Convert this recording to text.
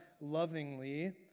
lovingly